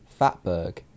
Fatberg